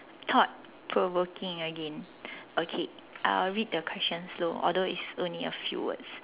thought provoking again okay I will read the question slow although it's only a few words